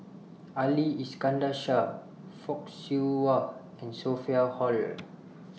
Ali Iskandar Shah Fock Siew Wah and Sophia Hull